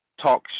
talk